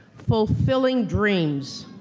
fulfilling dreams.